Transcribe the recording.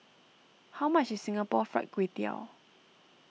how much is Singapore Fried Kway Tiao